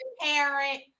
parent